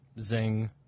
Zing